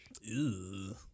Ew